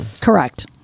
Correct